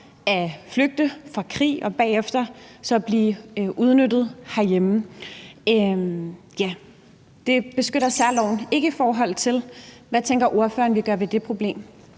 at flygte fra krig og bagefter blive udnyttet herhjemme. Det beskytter særloven ikke imod. Hvad tænker ordføreren vi gør ved det problem?